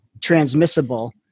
transmissible